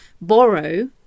borrow